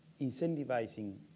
incentivizing